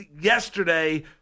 yesterday